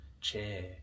chair